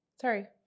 Sorry